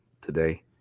today